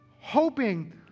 hoping